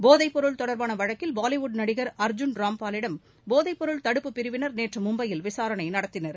போதைபொருள் தொடர்பான வழக்கில் பாலிவுட் நடிகர் அர்ஜுன் ராம்பாலிடம் போதைபொருள் தடுப்பு பிரிவினர் நேற்று மும்பையில் விசாரணை நடத்தினர்